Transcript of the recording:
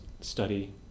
study